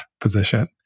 position